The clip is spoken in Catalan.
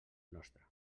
nostre